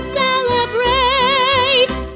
celebrate